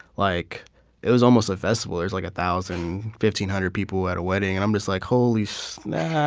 like it was almost a festival. there's like a thousand, fifteen-hundred people at a wedding. and i'm just like, holy snap!